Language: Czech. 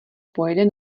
pojede